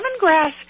Lemongrass